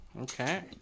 Okay